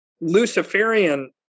Luciferian